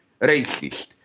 racist